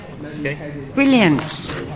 Brilliant